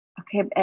okay